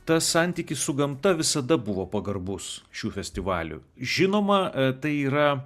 tas santykis su gamta visada buvo pagarbus šių festivalių žinoma tai yra